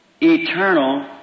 eternal